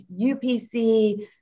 UPC